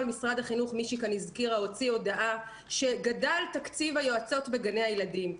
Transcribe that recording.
משרד החינוך הוציא הודעה שגדל תקציב היועצות בגני הילדים.